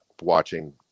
watching